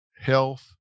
health